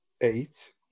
eight